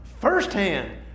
firsthand